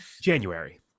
January